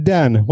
Dan